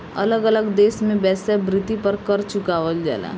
अलग अलग देश में वेश्यावृत्ति पर कर चुकावल जाला